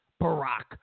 Barack